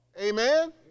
Amen